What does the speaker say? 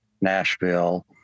Nashville